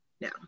No